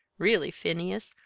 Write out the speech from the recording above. really, phineas,